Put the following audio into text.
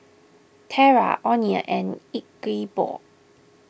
Terra oneal and Ingeborg